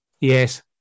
Yes